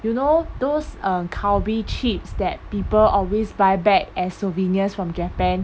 you know those um calbee chips that people always buy back as souvenirs from japan